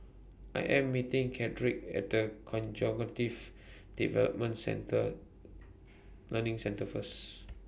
I Am meeting Chadrick At The Conjunctives Development Contre Learning Centre First